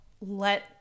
let